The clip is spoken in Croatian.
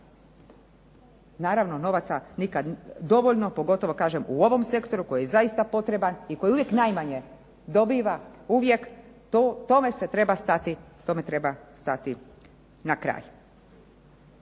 Naravno novaca nikad dovoljno, pogotovo kažem u ovom sektoru koji je zaista potreban i koji uvijek najmanje dobiva. Tome se treba stati na kraj.